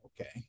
Okay